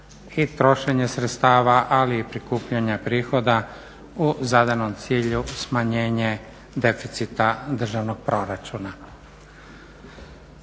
i trošenje sredstava ali i prikupljanje prihoda u zadanom cilju smanjenje deficita državnog proračuna.